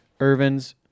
Irvins